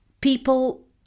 people